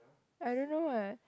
I don't know what